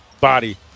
body